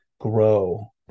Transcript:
grow